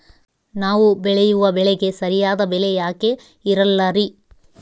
ನಾವು ಬೆಳೆಯುವ ಬೆಳೆಗೆ ಸರಿಯಾದ ಬೆಲೆ ಯಾಕೆ ಇರಲ್ಲಾರಿ?